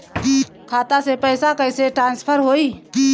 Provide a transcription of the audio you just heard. खाता से पैसा कईसे ट्रासर्फर होई?